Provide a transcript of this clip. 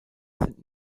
sind